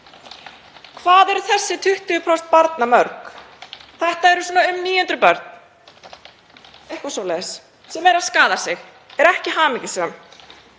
Hvað eru þessi 20% barna mörg? Þetta eru um 900 börn, eitthvað svoleiðis, sem skaða sig, eru ekki hamingjusöm,